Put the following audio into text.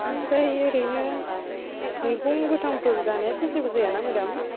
आमफ्राय ओरैनो मैगं गोथांफोर जानायाथ' जेबो जायाना मेडाम